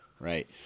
Right